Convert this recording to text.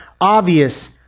obvious